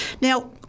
Now